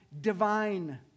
divine